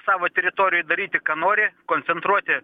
savo teritorijoj daryti ką nori koncentruoti